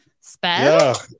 spell